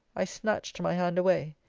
i snatched my hand away.